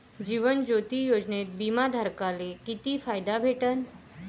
जीवन ज्योती योजनेत बिमा धारकाले किती फायदा भेटन?